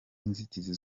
inzitizi